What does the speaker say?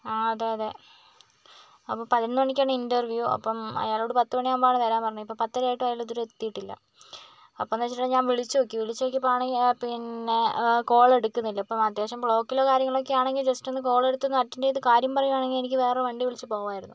ആ അതെ അതെ അപ്പോൾ പതിനൊന്ന് മണിക്കാണ് ഇന്റർവ്യൂ അപ്പം അയാളോട് പത്ത് മണിയാകുമ്പമാണ് വരാൻ പറഞ്ഞത് ഇപ്പം പത്തരയായിട്ടും അയാള് ഇതുവരെ എത്തിയിട്ടില്ല അപ്പോൾ എന്താന്ന് വച്ചിട്ടുണ്ടെങ്കിൽ ഞാൻ വിളിച്ച് നോക്കി വിളിച്ച് നോക്കിയപ്പോൾ ആണങ്കിൽ പിന്നെ കോളെടുക്കുന്നില്ല ഇപ്പോൾ അത്യാവശ്യം ബ്ലോക്കിലോ കാര്യങ്ങളിലൊക്കെ ആണെങ്കിൽ ജസ്റ്റ് ഒന്ന് കോളെടുതൊന്ന് അറ്റൻ്റെയ്ത് കാര്യം പറയുവാണെങ്കിൽ എനിക്ക് വേറെ വണ്ടി വിളിച്ച്പോകാമായിരുന്നു